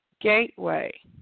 Gateway